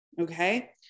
okay